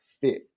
fit